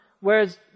whereas